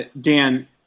Dan